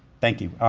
thank you.